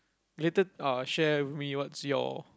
later uh share with me what's your